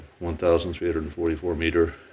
1,344-meter